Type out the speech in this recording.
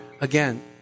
again